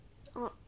oh